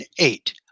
eight